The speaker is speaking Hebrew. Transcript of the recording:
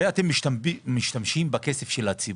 הרי אתם משתמשים בכסף של הציבור.